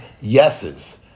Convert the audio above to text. yeses